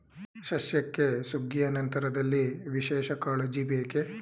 ಸಸ್ಯಕ್ಕೆ ಸುಗ್ಗಿಯ ನಂತರದಲ್ಲಿ ವಿಶೇಷ ಕಾಳಜಿ ಬೇಕೇ?